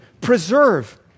Preserve